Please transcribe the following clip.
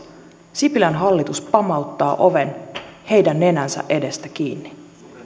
sipilän hallitus pamauttaa oven heidän nenänsä edestä kiinni